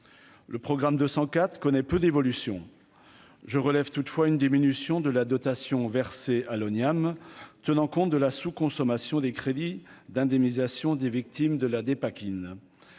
cent quatre connaît peu d'évolution, je relève toutefois une diminution de la dotation versée à l'Oniam tenant compte de la sous-consommation des crédits d'indemnisation des victimes de la